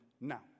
now